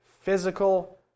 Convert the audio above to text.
physical